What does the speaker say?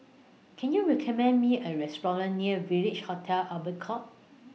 Can YOU recommend Me A Restaurant near Village Hotel Albert Court